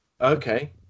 Okay